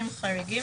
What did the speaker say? במקרים חריגים,